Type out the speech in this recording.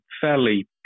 fairly